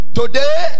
today